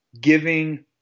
Giving